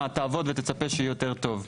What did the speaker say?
ותרוויח בשחור ותקווה שיהיה יותר טוב.